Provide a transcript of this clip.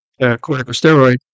corticosteroid